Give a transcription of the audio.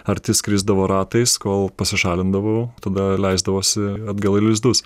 arti skrisdavo ratais kol pasišalindavau tada leisdavosi atgal į lizdus